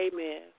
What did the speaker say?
Amen